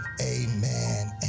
amen